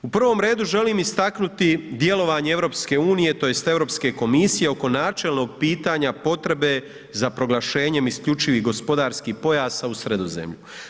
U prvom redu želim istaknuti djelovanje Europske unije tj. Europske komisije oko načelnog pitanja potrebe za proglašenjem isključivih gospodarskih pojasa u Sredozemlju.